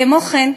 כמו כן,